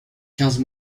quinze